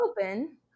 open